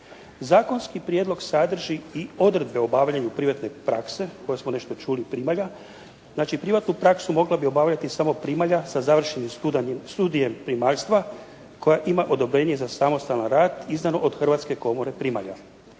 Zakonski prijedlog sadrži i odredbe o obavljanju privatne prakse koju smo nešto čuli primalja, znači privatnu praksu mogla bi obavljati samo primalja sa završenim studijem primarljstva koja ima odobrenje za samostalan rad izdan od Hrvatske komore primalja.